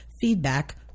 feedback